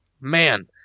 Man